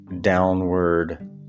downward